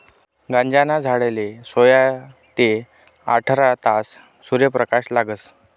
गांजाना झाडले सोया ते आठरा तास सूर्यप्रकाश लागस